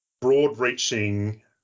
broad-reaching